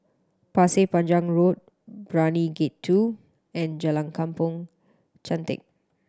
Pasir Panjang Road Brani Gate Two and Jalan Kampong Chantek